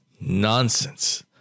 nonsense